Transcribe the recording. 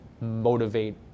motivate